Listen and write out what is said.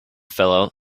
fellow